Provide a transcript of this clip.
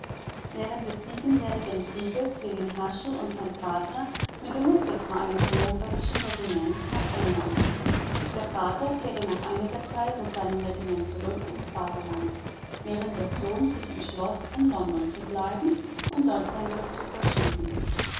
während des siebenjährigen krieges gingen herschel und sein vater mit dem musikchor eines hannoverischen regiments nach england der vater kehrte nach einiger zeit mit seinem regiment zurück ins vaterland während der sohn sich entschloß in london zu bleiben und dort sein glück zu versuchen